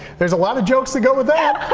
there's a lot of jokes to go with that.